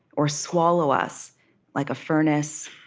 or swallow us like a furnace.